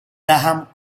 graham